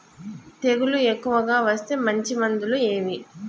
తెగులు ఎక్కువగా వస్తే మంచి మందులు ఏవి?